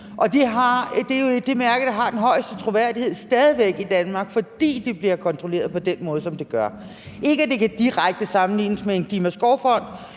det mærke, der har den højeste troværdighed i Danmark, fordi det bliver kontrolleret på den måde, som det gør. Det kan ikke direkte sammenlignes med Klimaskovfonden,